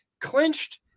clinched